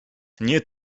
nie